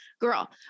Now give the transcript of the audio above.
girl